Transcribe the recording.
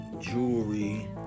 jewelry